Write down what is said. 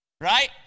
right